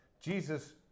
Jesus